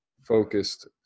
focused